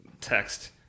text